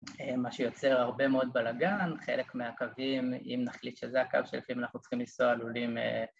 מה שיוצר הרבה מאוד בלגן, חלק מהקווים, אם נחליט שזה הקו שלפיו אנחנו צריכים לנסוע, עלולים אה...